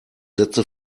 sätze